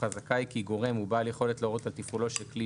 חזקה היא כי גורם הוא בעל יכולת להורות על תפעולו של כלי